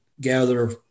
gather